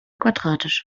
quadratisch